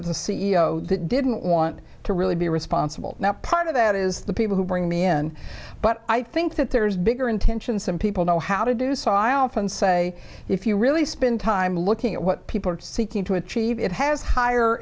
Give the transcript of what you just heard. that didn't want to really be responsible not part of that is the people who bring me in but i think that there's bigger intention some people know how to do so i often say if you really spend time looking at what people are seeking to achieve it has higher